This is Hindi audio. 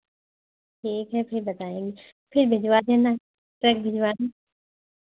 ठीक है फिर बताएंगे फिर भिजवा देना सब भिजवा दें